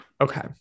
okay